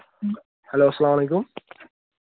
hello اَسلام علیکُم